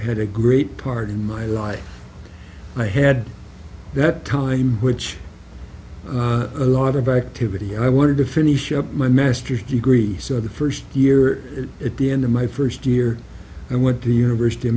had a great part in my life i had that time which a lot of activity i wanted to finish up my master's degree so the first year at the end of my first year i went to university of